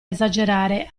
esagerare